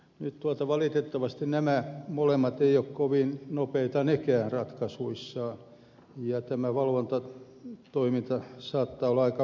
nyt valitettavasti eivät nämäkään kumpikaan ole kovin nopeita ratkaisuissaan ja tämä valvontatoiminta saattaa olla aika muodollista